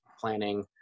planning